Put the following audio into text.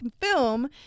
film